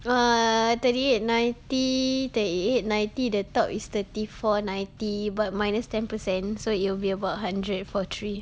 err thirty eight ninety thirty eight ninety the top is thirty four ninety but minus ten percent so it'll be about hundred for three